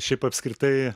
šiaip apskritai